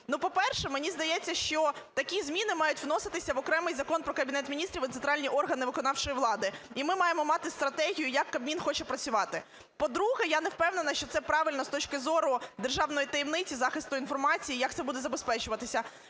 Ну, по-перше, мені здається, що такі зміни мають вноситись в окремий Закон про Кабінет Міністрів і "Центральні органи виконавчої влади". І ми маємо мати стратегію, як Кабмін хоче працювати. По-друге, я не впевнена, що це правильно з точки зору державної таємниці, захисту інформації. Як це буде забезпечуватися?